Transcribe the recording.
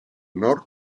nord